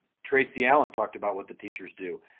tracy allen talked about what the teachers do,